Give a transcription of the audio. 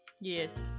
Yes